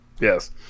yes